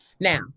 Now